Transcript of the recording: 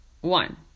One